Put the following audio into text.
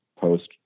post